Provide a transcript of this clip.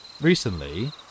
recently